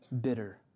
bitter